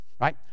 Right